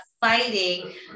fighting